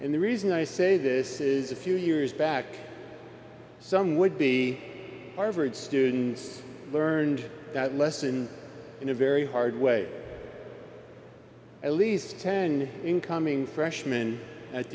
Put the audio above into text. and the reason i say this is a few years back some would be harvard students learned that lesson in a very hard way at least ten incoming freshman at